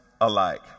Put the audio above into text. alike